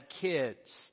kids